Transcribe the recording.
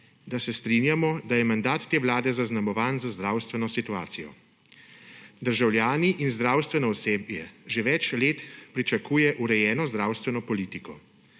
da se strinjamo, da je mandat od te vlade zaznamovan z zdravstveno situacijo. Državljani in zdravstveno osebje že več let pričakujejo urejeno zdravstveno politiko.